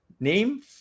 Name